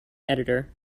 editor